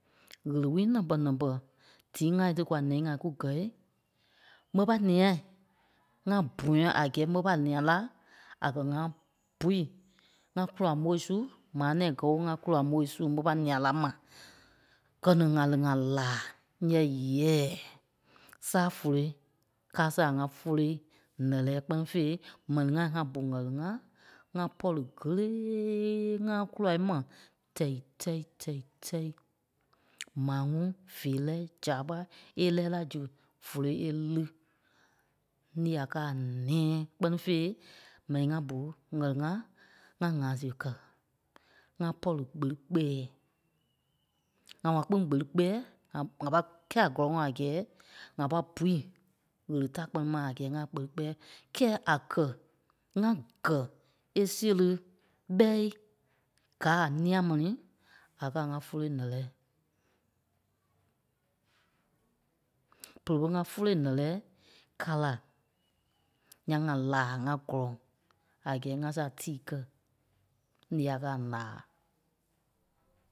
ɣele-wuli nɛŋ-pe nɛŋ-pe tíi ŋai tí kwa ǹɛnii-ŋai kù gɛ ɓè pài nia ŋa bɔ̃yɛ a gɛɛ ɓe pa nia la a kɛ ŋa bui. ŋa kula moi su maa nɛ̃ɛ kɛ̀ ŋa kula moi sui mo ɓa nia la ma. Gɛ̀ ni ŋa li ŋa laa nyɛɛ yes saa voloi káa saa a ŋa vóloi nɛ́lɛɛ kpɛ́ni fêi mɛni ŋai ŋá bu ɣɛli-ŋa, ŋa pɔri kéleeeee ŋa kula mai tɛi-tɛi tɛi-tɛi maa ŋuŋ feerɛ zaaɓa è lɛɛ la zu vóloi e lii. Lîi a kɛ́ nɛ̃ɛ kpɛ́ni fêi m̀ɛni ŋa bu ɣɛli-ŋa, ŋa ŋaa see kɛ. ŋa pɔri kpeli kpɛɛ. ŋa waa kpìŋ kpeli kpɛɛ ŋa- ŋa pa kɛ̀i a gɔlɔŋɔɔ a gɛɛ ŋa pai bui ɣele ta kpɛni ma a gɛɛ ŋa kpeli kpɛɛ. Kɛ́ɛ a kɛ́ ŋa gɛ e serii ɓɛ́i káa a nia mɛni a kɛ́ a ŋa voloi nɛ́lɛɛ. Pere ɓe ŋa voloi nɛ́lɛɛ ka la. Nyaŋ ŋa laa ŋa gɔ̀lɔŋ a gɛɛ ŋa saa tíi kɛ́. Lîi a kɛ́ a laa.